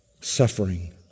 suffering